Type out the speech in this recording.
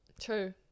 True